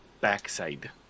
backside